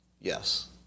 Yes